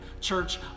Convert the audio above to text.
church